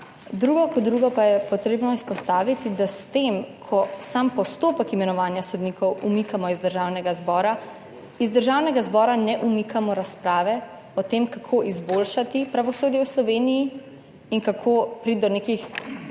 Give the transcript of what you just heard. Drugo kot drugo pa je treba izpostaviti, da s tem, ko sam postopek imenovanja sodnikov umikamo iz Državnega zbora, iz Državnega zbora ne umikamo razprave o tem, kako izboljšati pravosodje v Sloveniji in kako priti do nekih